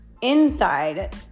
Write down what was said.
inside